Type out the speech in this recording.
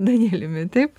danieliumi taip